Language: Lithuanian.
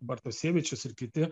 bartusevičius ir kiti